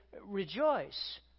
rejoice